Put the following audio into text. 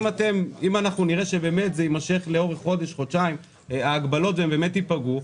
אם אנחנו נראה שההגבלות יימשכו לאורך חודש-חודשיים והם באמת ייפגעו,